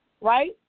right